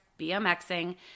BMXing